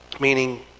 Meaning